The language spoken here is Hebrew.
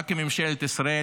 אם רק ממשלת ישראל,